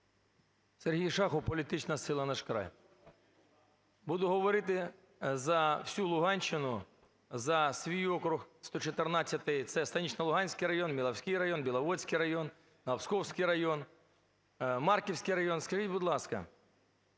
Сергій Шахов, політична сила "Наш край". Буду говорити за всю Луганщину, за свій округ 114. Це Станично-Луганський район, Міловський район, Біловодський район, Новопсковський район, Марківський район. Скажіть, будь ласка,